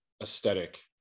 aesthetic